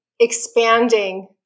expanding